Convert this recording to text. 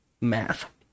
Math